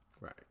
Right